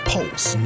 Pulse